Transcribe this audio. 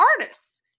artists